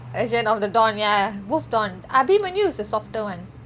version of the don ya both don abimanyu is the softer one